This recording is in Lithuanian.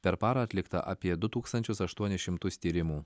per parą atlikta apie du tūkstančius aštuonis šimtus tyrimų